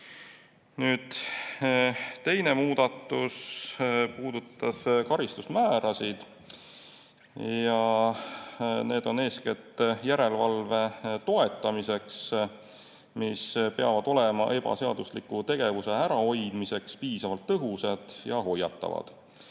Teine muudatus puudutab karistusmäärasid. Need on eeskätt järelevalve toetamiseks ja peavad olema ebaseadusliku tegevuse ärahoidmiseks piisavalt tõhusad ja hoiatavad.